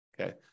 Okay